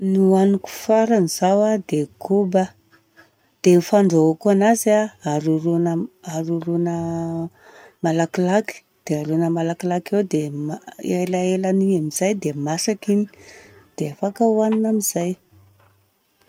Nohaniko farany zao dia koba. Dia fandrahoako anazy a: haroroina malakilaky, dia haroroina malakilaky eo dia elaelan'igny amizay dia masaka igny, dia afaka ohanina amizay.